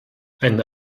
eine